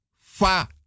fa